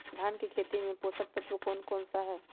धान की खेती में पोषक तत्व कौन कौन सा है?